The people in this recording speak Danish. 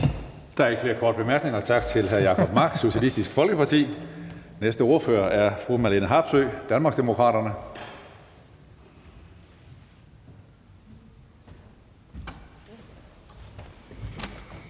Der er ikke flere korte bemærkninger. Tak til hr. Jacob Mark, Socialistisk Folkeparti. Den næste ordfører er fru Marlene Harpsøe, Danmarksdemokraterne.